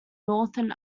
northern